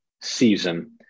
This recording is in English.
season